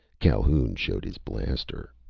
calhoun showed his blaster.